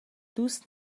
دوست